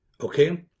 okay